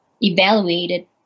evaluated